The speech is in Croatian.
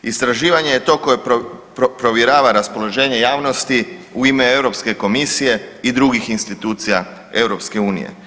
Istraživanje je to koje provjerava raspoloženje javnosti u ime Europske komisije i drugih institucija EU.